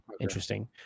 interesting